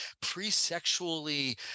pre-sexually